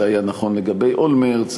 זה היה נכון לגבי אולמרט,